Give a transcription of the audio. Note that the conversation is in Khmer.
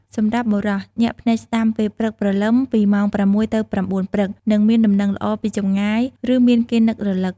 សម្រាប់ បុរស ញាក់ភ្នែកស្តាំពេលព្រឹកព្រលឹម ពីម៉ោង ៦ ទៅ ៩ ព្រឹក នឹងមានដំណឹងល្អពីចម្ងាយ ឬមានគេនឹករឭក។